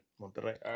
Monterrey